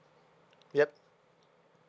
yup